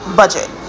budget